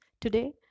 Today